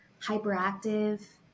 hyperactive